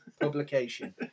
publication